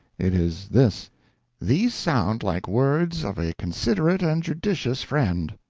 it is this these sound like words of a considerate and judicious friend.